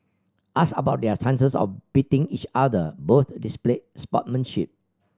asked about their chances of beating each other both displayed sportsmanship